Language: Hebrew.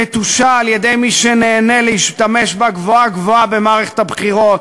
נטושה על-ידי מי שנהנה להשתמש בה גבוהה-גבוהה במערכת הבחירות